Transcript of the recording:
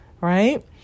right